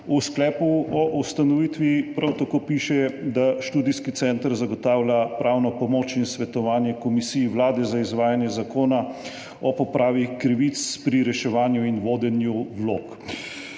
V sklepu o ustanovitvi prav tako piše, da študijski center zagotavlja pravno pomoč in svetovanje Komisiji Vlade za izvajanje Zakona o popravi krivic pri reševanju in vodenju vlog.